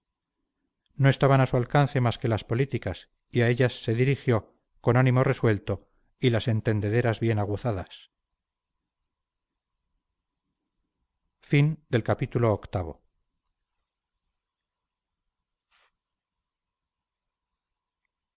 no estaban a su alcance más que las políticas y a ellas se dirigió con ánimo resuelto y las entendederas bien aguzadas